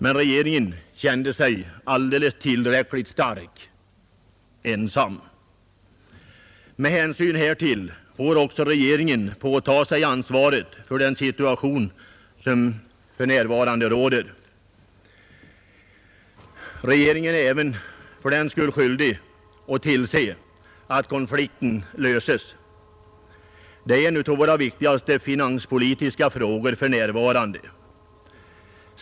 Men regeringen kände sig alldeles tillräckligt stark ensam. Mot bakgrunden härav får regeringen också påta sig ansvaret för den situation som för närvarande råder. Regeringen är fördenskull även skyldig att tillse att konflikten löses. Det är en av våra för närvarande viktigaste finanspolitiska angelägenheter.